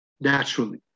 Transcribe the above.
naturally